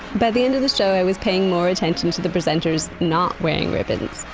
by the end of the show, i was paying more attention to the presenters not wearing ribbons,